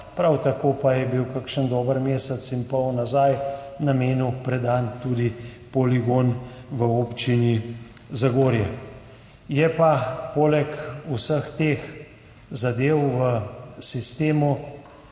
Prav tako pa je bil kakšen dober mesec in pol nazaj namenu predan tudi poligon v občini Zagorje. Je pa poleg vseh teh zadev v sistemu